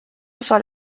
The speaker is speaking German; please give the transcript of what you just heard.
soll